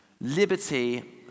liberty